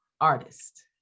artist